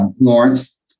Lawrence